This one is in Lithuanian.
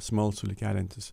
smalsulį keliantis